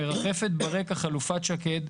מרחפת ברקע חלופת שקד.